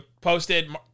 posted